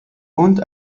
und